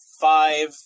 five